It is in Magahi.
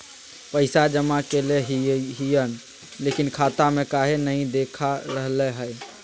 पैसा जमा कैले हिअई, लेकिन खाता में काहे नई देखा रहले हई?